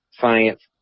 science